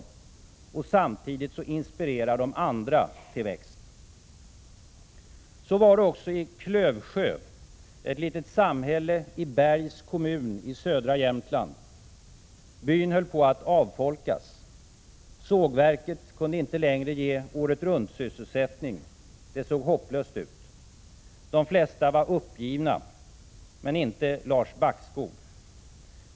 Samtidigt inspirerar de andra till växt. Så var det också i Klövsjö, ett litet samhälle i Bergs kommun i södra Jämtland. Byn höll på att avfolkas. Sågverket kunde inte längre ge åretruntsysselsättning. Det såg hopplöst ut. De flesta var uppgivna, men inte Lars Backskog.